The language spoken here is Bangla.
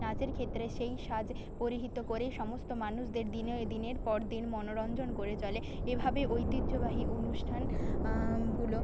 নাচের ক্ষেত্রে সেই সাজ পরিহিত করেই সমস্ত মানুষদের দিনে দিনের পর দিন মনোরঞ্জন করে চলে এভাবে ঐতিহ্যবাহী অনুষ্ঠানগুলো